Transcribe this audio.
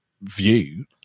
view